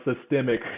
systemic